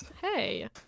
Hey